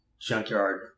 Junkyard